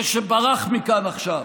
זה שברח מכאן עכשיו: